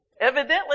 Evidently